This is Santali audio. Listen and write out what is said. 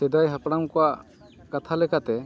ᱥᱮᱫᱟᱭ ᱦᱟᱯᱲᱟᱢ ᱠᱚᱣᱟᱜ ᱠᱟᱛᱷᱟ ᱞᱮᱠᱟᱛᱮ